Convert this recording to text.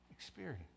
experience